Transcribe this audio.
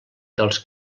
dels